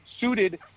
suited